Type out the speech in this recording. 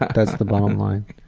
that's the bottom line.